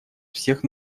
всех